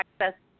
Access